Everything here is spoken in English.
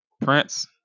Prince